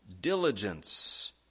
diligence